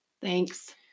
Thanks